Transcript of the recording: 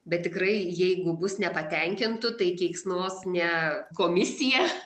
bet tikrai jeigu bus nepatenkintų tai keiksnos ne komisiją